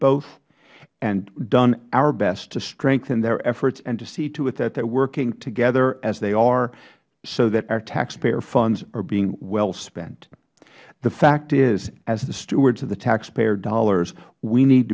both and done our best to strengthen their efforts and to see to it that they are working together as they are so that our taxpayer funds are being well spent the fact is as the stewards of the taxpayer dollars we need